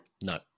No